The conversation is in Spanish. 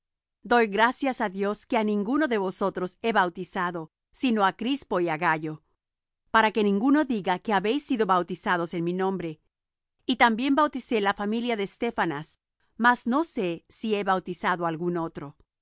doy gracias á dios que á ninguno de vosotros he bautizado sino á crispo y á gayo para que ninguno diga que habéis sido bautizados en mi nombre y también bauticé la familia de estéfanas mas no sé si he bautizado algún otro